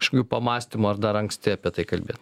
kažkokių pamąstymų ar dar anksti apie tai kalbėt